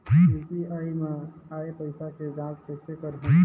UPI मा आय पइसा के जांच कइसे करहूं?